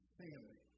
family